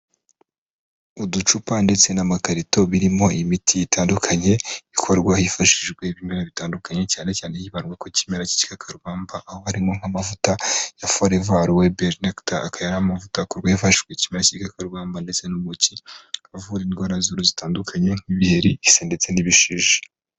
Uducupa ndetse n'amakarito birimo imiti itandukanye ikorwa hifashishijwe ibimera bitandukanye cyane cyane hibandwa ku kimera cy'igikakarubamba aho harimo nk'amavuta ya foreva arowe beri nekita aka aya ari amavuta akorwa hifashishijwe ikimera cy'igikakarubamba ndetse n'ubuki avura indwara z'uru zitandukanye nk'ibiheri ndetse n'ibishishi.